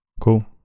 Cool